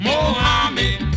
Mohammed